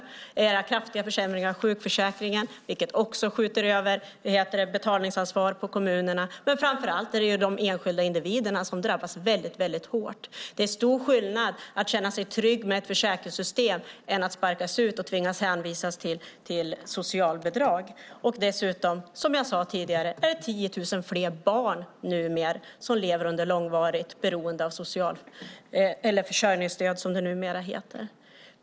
Ni har också gjort kraftiga försämringar av sjukförsäkringen, vilket också skjuter över betalningsansvar på kommunerna. Framför allt är det dock enskilda individer som drabbas väldigt hårt. Det är stor skillnad mellan att känna sig trygg med ett försäkringssystem och att sparkas ut och hänvisas till socialbidrag. Dessutom är det 10 000 fler barn i dag som lever i långvarigt beroende av socialbidrag, eller försörjningsstöd som det numera heter.